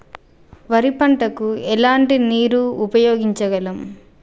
వరి పంట కు ఎలాంటి నీరు ఉపయోగించగలం?